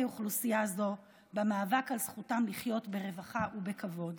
אוכלוסייה זו ובמאבק על זכותם לחיות ברווחה ובכבוד.